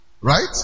right